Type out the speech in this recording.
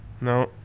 No